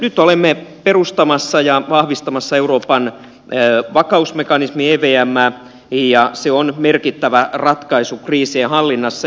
nyt olemme perustamassa ja vahvistamassa euroopan vakausmekanismi evmää ja se on merkittävä ratkaisu kriisien hallinnassa